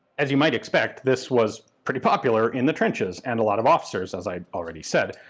as you might expect, this was pretty popular in the trenches, and a lot of officers, as i've already said,